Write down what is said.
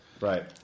Right